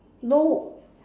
no